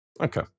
Okay